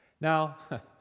Now